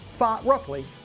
Roughly